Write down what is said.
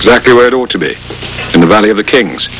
exactly where it ought to be in the valley of the kings